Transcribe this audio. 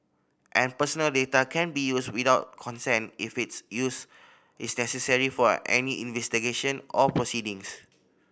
and personal data can be used without consent if its use is necessary for any investigation or proceedings